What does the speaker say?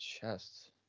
chest